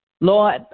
Lord